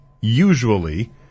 usually